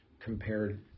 compared